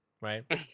right